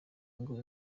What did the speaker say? ngo